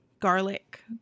garlic